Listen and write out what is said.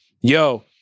Yo